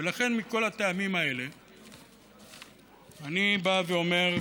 ולכן, מכל הטעמים האלה אני בא ואומר: